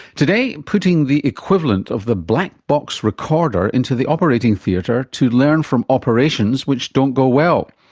today, putting the equivalent of the black box recorder into the operating theatre to learn from operations which don't go well.